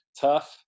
tough